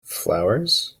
flowers